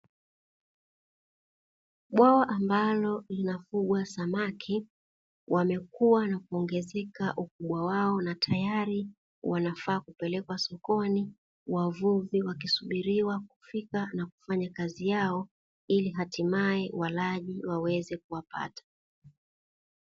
Bwawa ambalo lina kubwa samaki wamekua na kuongezeka ukubwa wao na tayari wanafaa kupelekwa sokoni wavuvi wakisubiriwa kufika na kufanya kazi yao, ili hatimaye walaji waweze kuwapata.